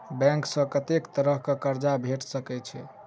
Bank सऽ कत्तेक तरह कऽ कर्जा भेट सकय छई?